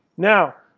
now,